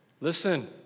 listen